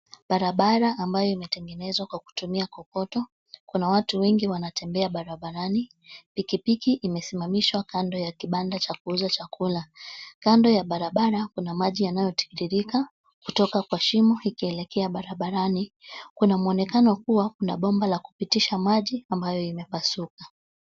Barabara ambayo imetengenezwa kwa kutumia kokoto. Kuna watu wengi wanatembea barabarani. Pikipiki imesimamishwa kando ya kibanda cha kuuza chakula. Kando ya barabara kuna maji yanayotiririka kutoka kwa shimo ikielekea barabarani. Kuna mwonekano kuwa kuna bomba la kupitisha maji ambayo imepasuka.